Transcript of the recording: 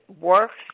works